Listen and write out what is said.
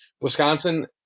Wisconsin